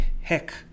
heck